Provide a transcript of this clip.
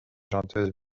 chanteuse